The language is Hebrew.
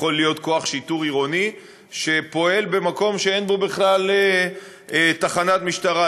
יכול להיות כוח שיטור עירוני שפועל במקום שאין בו בכלל תחנת משטרה.